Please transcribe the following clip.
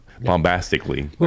bombastically